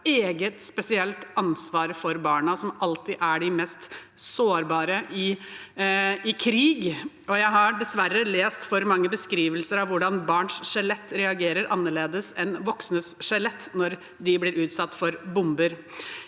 et spesielt ansvar for barna, som alltid er de mest sårbare i krig. Jeg har dessverre lest for mange beskrivelser av hvordan barns skjelett reagerer annerledes enn voksnes skjelett når de blir utsatt for bomber.